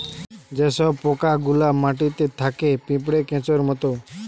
যে সব পোকা গুলা মাটিতে থাকে পিঁপড়ে, কেঁচোর মত